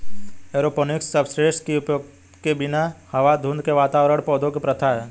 aeroponics substrate के उपयोग के बिना हवा धुंध के वातावरण पौधों की प्रथा है